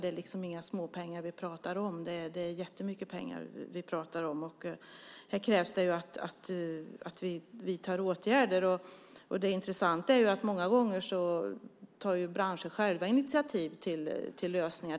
Det är inga småpengar vi talar om. Vi talar om jättemycket pengar. Det kräver att vi vidtar åtgärder. Det intressanta är att branscher många gånger själva tar initiativ till lösningar.